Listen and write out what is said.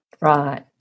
Right